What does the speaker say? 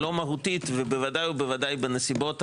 לא מהותית ובוודאי בנסיבות האלה,